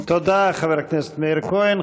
תודה, חבר הכנסת מאיר כהן.